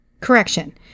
Correction